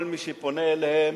כל מי שפונה אליהם,